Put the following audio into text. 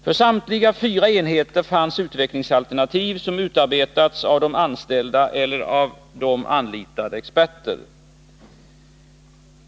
För samtliga fyra enheter fanns utvecklingsalternativ, som utarbetats av de anställda eller av dem anlitade experter.